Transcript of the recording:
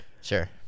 Sure